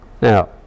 Now